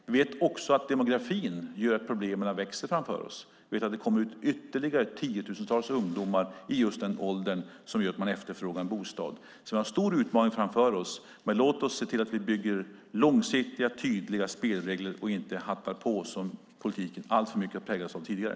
Vi vet också att demografin gör att problemen växer framför oss. Vi vet att det kommer ut ytterligare tiotusentals ungdomar i just den ålder då man efterfrågar en bostad. Vi har alltså en stor utmaning framför oss. Men låt oss se till att vi bygger långsiktiga och tydliga spelregler och inte hattar på - det har politiken alltför mycket präglats av tidigare.